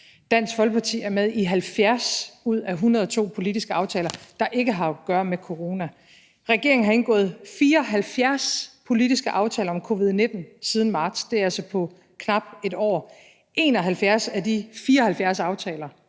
Dansk Folkeparti er med i 70 politiske aftaler ud af 102 politiske aftaler, der ikke har at gøre med corona. Regeringen har indgået 74 politiske aftaler om covid-19 siden marts. Det er altså på knap et år. 71 af de 74 aftaler